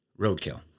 roadkill